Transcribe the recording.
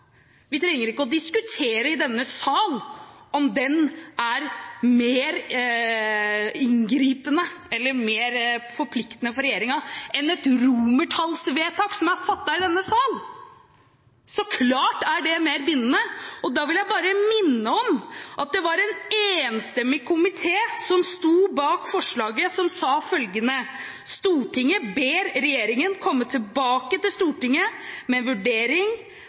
trenger vi ikke å diskutere i denne sal om den er mer inngripende eller mer forpliktende for regjeringen enn et romertallsvedtak som er fattet i denne sal. Så klart er det mer bindende. Og da vil jeg bare minne om at det var en enstemmig komité som sto bak forslaget, som lød: «Stortinget ber regjeringen komme tilbake til Stortinget med en vurdering